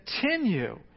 continue